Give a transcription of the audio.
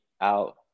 out